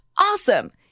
Awesome